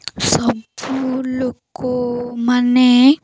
ସବୁ ଲୋକମାନେ